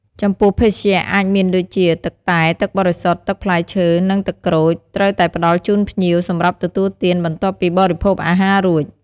ចំពោះភេសជ្ជៈ អាចមានដូចជា ទឹកតែ ទឹកបរិសុទ្ធ ទឹកផ្លែឈើ និងទឹកក្រូច ត្រូវតែផ្តល់ជូនឲ្យភ្ញៀវសម្រាប់ទទួលទាន បន្ទាប់ពីបរិភោគអាហាររួច។